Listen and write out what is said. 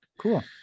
Cool